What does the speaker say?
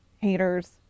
haters